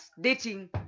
dating